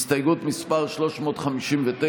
הסתייגות מס' 359,